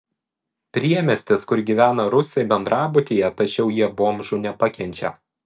priemiestis kur gyvena rusai bendrabutyje tačiau jie bomžų nepakenčia